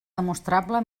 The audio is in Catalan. demostrable